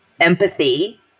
empathy